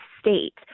state